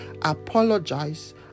Apologize